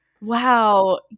Wow